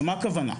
מה הכוונה?